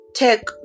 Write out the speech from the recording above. take